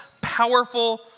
powerful